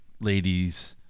ladies